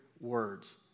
words